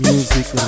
Music